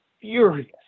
furious